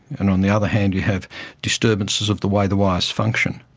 and on the other hand you have disturbances of the way the wires function,